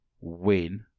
win